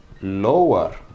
lower